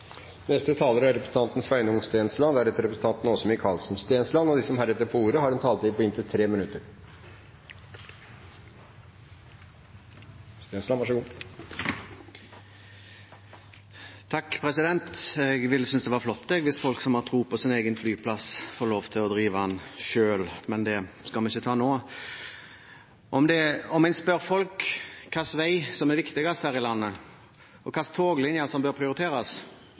De talere som heretter får ordet, har en taletid på inntil 3 minutter. Jeg ville synes det var flott hvis folk som har tro på sin egen flyplass, fikk lov til å drive den selv, men det skal vi ikke ta nå. Om en spør folk hvilken vei som er viktigst her i landet, hvilken toglinje som bør prioriteres,